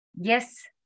yes